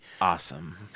Awesome